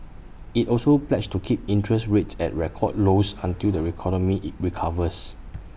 IT also pledged to keep interest rates at record lows until the economy recovers